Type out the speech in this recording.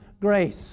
grace